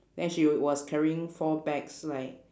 then she was carrying four bags like